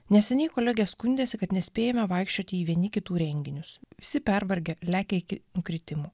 neseniai kolegė skundėsi kad nespėjame vaikščioti į vieni kitų renginius visi pervargę lekia iki nukritimo